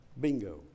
Bingo